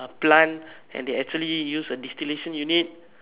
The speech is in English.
plant and they actually use a distillation unit